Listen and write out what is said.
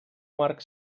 marc